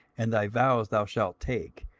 and thy vows, thou shalt take,